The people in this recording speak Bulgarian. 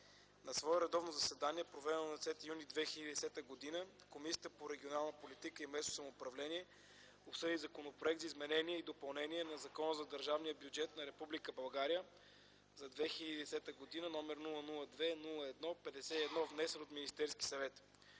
На свое редовно заседание, проведено на 10 юни 2010 г., Комисията по регионална политика и местно самоуправление обсъди Законопроект за изменение и допълнение на Закона за държавния бюджет на Република България за 2010 г., № 002-01-51, внесен от Министерски съвет.